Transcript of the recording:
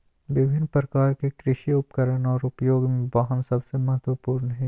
विभिन्न प्रकार के कृषि उपकरण और उपयोग में वाहन सबसे महत्वपूर्ण हइ